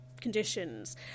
conditions